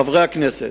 חברי הכנסת,